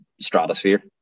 stratosphere